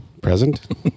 Present